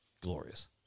Glorious